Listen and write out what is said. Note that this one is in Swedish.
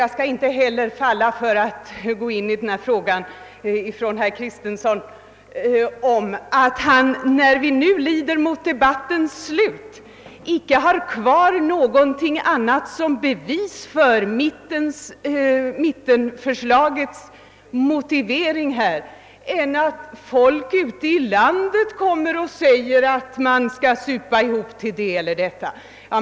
Jag skall inte heller falla för frestelsen att närmare gå in på herr Kristensons påstående, att det nu när debatten lider mot sitt slut inte finns kvar något annat som grund för mittenpartiernas motivering än att folk ute i landet säger, att man skall supa ihop till «det och det.